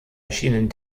erschienen